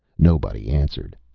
nobody answered.